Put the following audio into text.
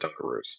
Dunkaroos